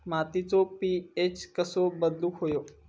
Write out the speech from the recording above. मातीचो पी.एच कसो बदलुक होयो?